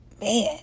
Man